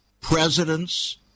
presidents